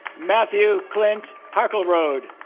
matthew clint harkleroad